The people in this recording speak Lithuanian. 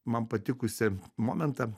man patikusį momentą